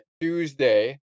Tuesday